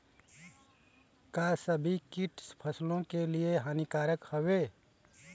का सभी कीट फसलों के लिए हानिकारक हवें?